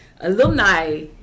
alumni